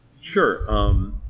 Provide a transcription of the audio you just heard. Sure